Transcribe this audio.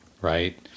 Right